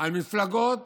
על מפלגות